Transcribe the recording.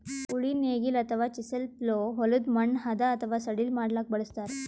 ಉಳಿ ನೇಗಿಲ್ ಅಥವಾ ಚಿಸೆಲ್ ಪ್ಲೊ ಹೊಲದ್ದ್ ಮಣ್ಣ್ ಹದಾ ಅಥವಾ ಸಡಿಲ್ ಮಾಡ್ಲಕ್ಕ್ ಬಳಸ್ತಾರ್